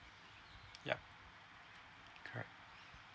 yup correct